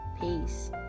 peace